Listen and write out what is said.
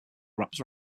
wraps